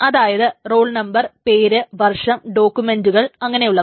അതായത് roll number പേര് വർഷം ഡിപ്പാർട്ടുമെന്റുകൾ അങ്ങനെയുള്ളവ